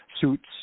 suits